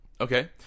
okay